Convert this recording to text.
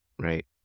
right